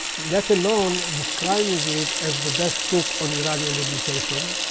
let alone describing it as the best book on iranian education,